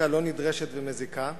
חקיקה לא נדרשת ומזיקה.